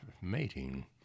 mating